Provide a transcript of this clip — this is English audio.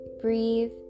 breathe